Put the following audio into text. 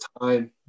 time